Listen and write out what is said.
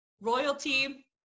royalty